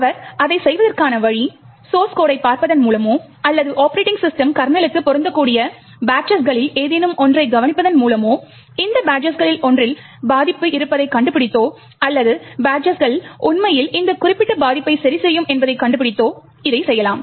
அவர் இதைச் செய்வதற்கான வழி சோர்ஸ் கோட் டைப் பார்ப்பதன் மூலமோ அல்லது ஒப்பரேட்டிங் சிஸ்டம் கர்னல் லுக்குப் பொருந்தக்கூடிய பட்ச்சஸ் களில் ஏதேனும் ஒன்றைக் கவனிப்பதன் மூலமோ இந்த பட்ச்சஸ் களில் ஒன்றில் பாதிப்பு இருப்பதைக் கண்டுபிடித்தோ அல்லது பட்ச்சஸ்கள் உண்மையில் ஒரு குறிப்பிட்ட பாதிப்பை சரிசெய்யும் என்பதை கண்டுபிடித்தோ இதை செய்யலாம்